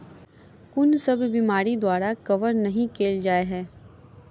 कुन सब बीमारि द्वारा कवर नहि केल जाय है?